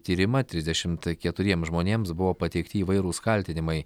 tyrimą trisdešimt keturiems žmonėms buvo pateikti įvairūs kaltinimai